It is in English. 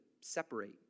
separate